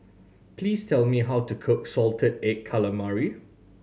please tell me how to cook salted egg calamari